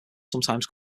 sometimes